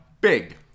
Big